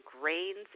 grains